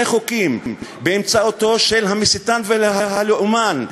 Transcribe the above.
חוקים באמצעות המסיתן והלאומן סלומינסקי: